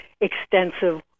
extensive